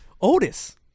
Otis